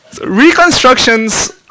Reconstructions